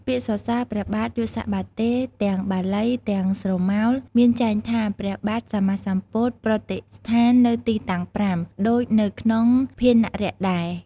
ពាក្យសសើរព្រះបាទ «យស្សបាទេ» ទាំងបាលី ទាំងស្រមោល មានចែងថាព្រះបាទសម្មាសម្ពុទ្ធប្រតិស្ថាននៅទីទាំង៥ ដូចនៅក្នុងភាណរៈដែរ។